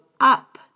up